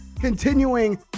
Continuing